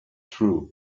true